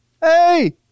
Hey